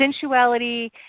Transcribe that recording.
Sensuality